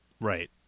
Right